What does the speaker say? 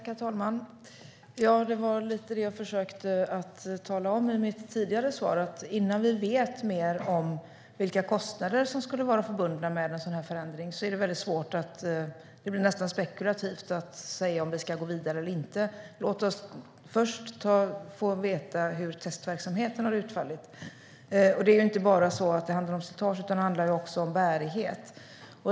Herr talman! Det var lite det jag försökte tala om i mitt tidigare svar. Innan vi vet mer om vilka kostnader som skulle vara förbundna med en sådan här förändring blir det nästan spekulativt att säga om vi ska gå vidare eller inte. Låt oss först få veta hur testverksamheten har utfallit. Det handlar inte bara om slitage utan om bärighet.